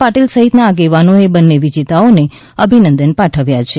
પાટિલ સહિતના આગેવાનોએ બંને વિજેતાને અભિનંદન પાઠવ્યા છે